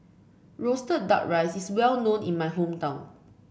roasted duck rice is well known in my hometown